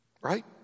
Right